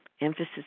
Emphasis